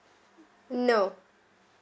no